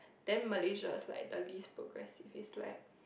then Malaysia is like the least progressive is like